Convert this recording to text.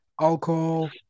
alcohol